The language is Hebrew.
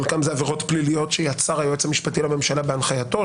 חלקם זה עבירות פליליות שיצר היועץ המשפטי לממשלה בהנחייתו,